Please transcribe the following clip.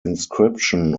inscription